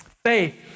Faith